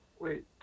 Wait